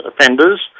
offenders